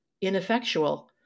ineffectual